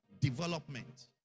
development